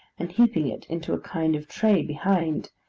and heaping it into a kind of tray behind,